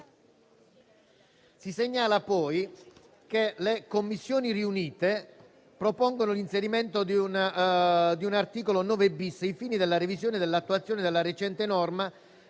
Si segnala poi che le Commissioni riunite propongono l'inserimento di un articolo 9-*bis*, ai fini della revisione e dell'attuazione della recente norma